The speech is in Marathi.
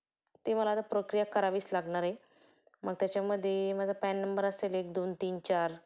ते मला आता प्रक्रिया करावीच लागणार आहे मग त्याच्यामध्ये माझा पॅन नंबर असेल एक दोन तीन चार